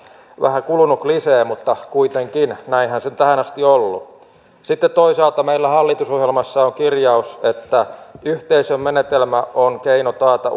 vähän kulunut klisee mutta kuitenkin näinhän se on tähän asti ollut sitten toisaalta meillä hallitusohjelmassa on kirjaus että yhteisömenetelmä on keino taata